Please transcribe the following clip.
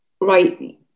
right